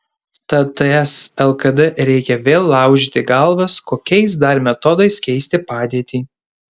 tad ts lkd reikia vėl laužyti galvas kokiais dar metodais keisti padėtį